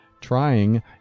Trying